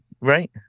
Right